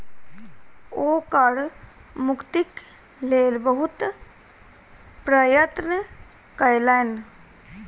ओ कर मुक्तिक लेल बहुत प्रयत्न कयलैन